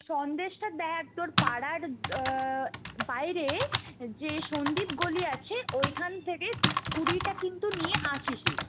সন্দেশটা দেখ তোর পাড়ার বাইরে যে সন্দীপ গলি আছে ওইখান থেকে কুড়িটা কিন্তু নিয়ে আসিসই